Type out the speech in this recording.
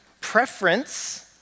preference